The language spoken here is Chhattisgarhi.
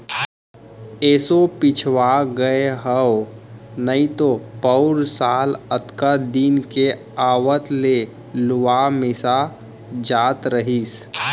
एसो पिछवा गए हँव नइतो पउर साल अतका दिन के आवत ले लुवा मिसा जात रहिस